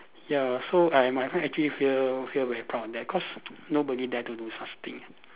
ya so I my friend actually feel feel very proud that cause nobody dare to do such thing